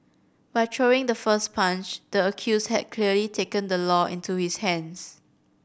by throwing the first punch the accused had clearly taken the law into his hands